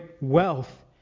wealth